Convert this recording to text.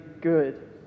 good